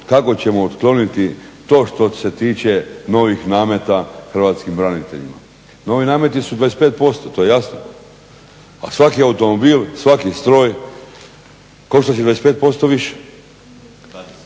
kako ćemo otkloniti to što se tiče novih nameta hrvatskim braniteljima. Novi nameti su 25% to je jasno a svaki automobil, svaki stroj koštat će 25% više,